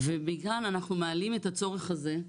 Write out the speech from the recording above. ובעיקר אנחנו מעלים את הצורך הזה,